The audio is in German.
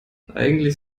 eigentlich